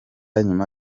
nyuma